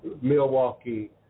Milwaukee